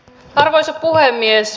arvoisa puhemies